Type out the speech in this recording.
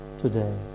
today